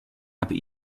aber